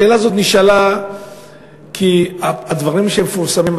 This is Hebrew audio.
השאלה הזאת נשאלה כי הדברים שמתפרסמים,